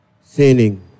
sinning